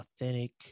authentic